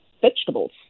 vegetables